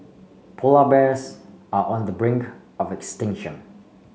polar bears are on the brink of extinction